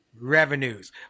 revenues